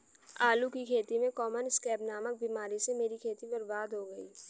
आलू की खेती में कॉमन स्कैब नामक बीमारी से मेरी खेती बर्बाद हो गई